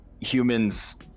humans